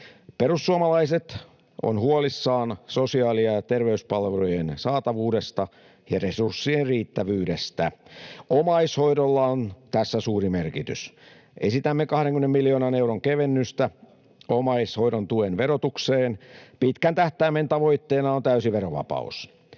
Perussuomalaiset ovat huolissaan sosiaali‑ ja terveyspalvelujen saatavuudesta ja resurssien riittävyydestä. Omaishoidolla on tässä suuri merkitys. Esitämme 20 miljoonan euron kevennystä omaishoidon tuen verotukseen. Pitkän tähtäimen tavoitteena on täysi verovapaus.